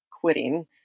quitting